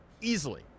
easily